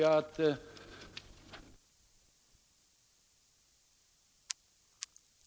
Jag behöver inte säga mer. Allmänheten har en helt annan uppfattning om vad de olika oppositionspartierna skulle kunna åstadkomma gemensamt.